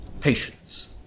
Patience